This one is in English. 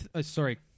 Sorry